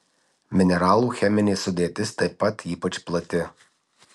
mineralų cheminė sudėtis taip pat ypač plati